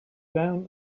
down